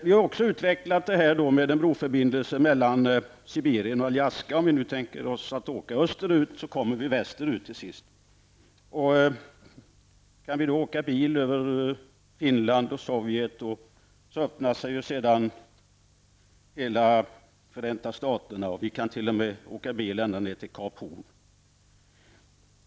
Vi har också utvecklat tanken på en broförbindelse mellan Sibirien och Alaska -- om vi nu tänker oss att åka österut kommer vi till sist västerut. Kan vi då åka bil över Finland och Sovjet, så öppnar sig sedan hela Förenta Staterna. Vi kan t.o.m. åka bil ända ned till Kap Horn.